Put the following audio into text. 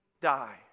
die